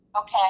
Okay